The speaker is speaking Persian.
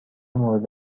مورد